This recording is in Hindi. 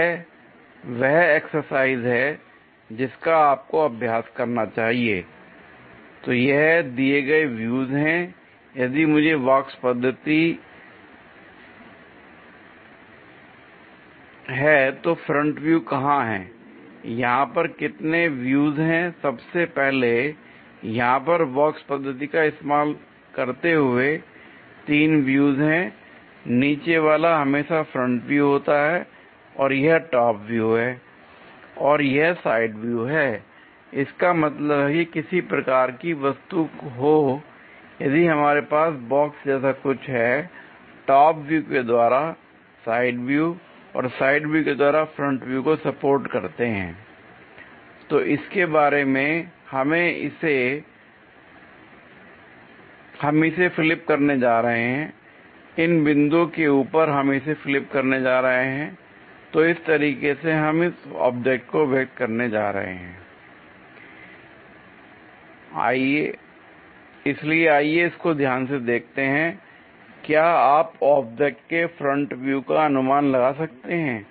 यह वह एक्सरसाइज है जिसका आपको अभ्यास करना चाहिए l तो यह दिए गए व्यूज हैं यदि मुझे बॉक्स पद्धति है तो फ्रंट व्यू कहां है यहां पर कितने व्यूज हैं l सबसे पहले यहां पर बॉक्स पद्धति का इस्तेमाल करते हुए तीन व्यूज हैं l नीचे वाला हमेशा फ्रंट व्यू होता है और यह टॉप व्यू है और यह साइड व्यू है l इसका मतलब है कि किसी भी प्रकार की वस्तु हो यदि हमारे पास बॉक्स जैसा कुछ है टॉप व्यू के द्वारा साइड व्यू और साइड व्यू के द्वारा फ्रंट व्यू को सपोर्ट करते हैं l तो इसके बारे में हम इसे फ्लिप करने जा रहे हैं इन बिंदुओं के ऊपर हम इसे फ्लिप करने जा रहे हैंl तो इस तरीके से हम इस ऑब्जेक्ट को व्यक्त करने जा रहे हैं l इसलिए आइए इसको ध्यान से देखते हैं l क्या आप ऑब्जेक्ट के फ्रंट व्यू का अनुमान लगा सकते हैं